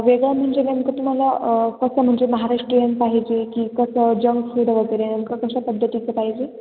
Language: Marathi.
वेगळा म्हणजे नेमकं तुम्हाला कसं म्हणजे महाराष्ट्रीयन पाहिजे की कसं जंक फूड वगैरे नंतर कशा पद्धतीचं पाहिजे